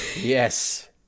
Yes